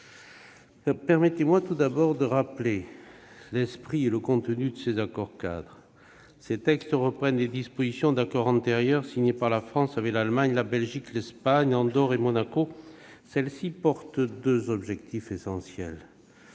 Permettez-moi, tout d'abord, de rappeler l'esprit et le contenu de ces accords-cadres, qui reprennent les dispositions d'accords antérieurs signés par la France avec l'Allemagne, la Belgique, l'Espagne, Andorre et Monaco, portant sur deux objectifs essentiels.